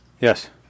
Yes